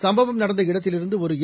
சும்பவம் நடந்த இடத்திலிருந்துஒரு ஏ